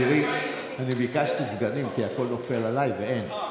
תראי, אני ביקשתי סגנים, כי הכול נופל עליי, ואין.